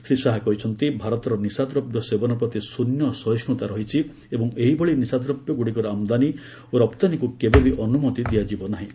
ଶ୍ରୀ ଶାହା କହିଛନ୍ତି ଭାରତର ନିଶାଦ୍ରବ୍ୟ ସେବନ ପ୍ରତି ଶ୍ରନ୍ୟ ସହିଷ୍ଠତା ରହିଛି ଏବଂ ଏହିଭଳି ନିଶାଦ୍ରବ୍ୟ ଗୁଡ଼ିକର ଆମଦାନୀ ଓ ରପ୍ତାନୀକୁ କେବେବି ଅନୁମତି ଦିଆଯିବ ନାହିଁ